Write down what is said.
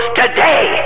today